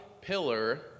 pillar